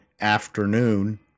afternoon